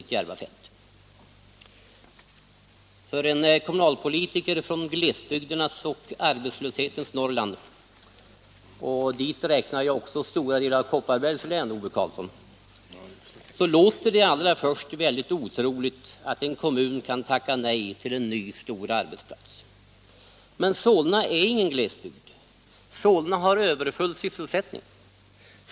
För en kommunalpolitiker från glesbygdernas och arbetslöshetens Norrland — och dit räknar jag också stora delar av Kopparbergs län —, Ove Karlsson, låter det allra först otroligt att en kommun kan tacka nej till en ny stor arbetsplats. Men Solna är ingen glesbygd. Solna har överfull sysselsättning.